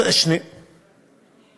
זה מה שאני אומרת לך.